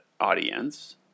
audience